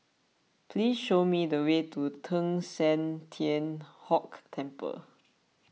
please show me the way to Teng San Tian Hock Temple